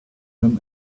him